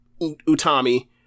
Utami